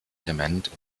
element